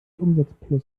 umsatzplus